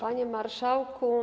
Panie Marszałku!